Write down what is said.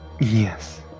Yes